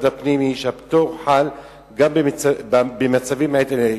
הפנים היא שהפטור חל גם במצבים מעין אלה.